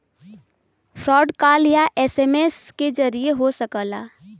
fraud call या SMS के जरिये हो सकला